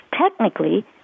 technically